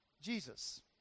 Jesus